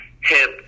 hip